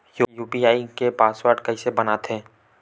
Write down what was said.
UPI के password कइसे बनाथे?